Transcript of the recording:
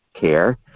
care